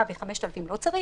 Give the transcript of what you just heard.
מה, ב-5,000 שקל לא צריך?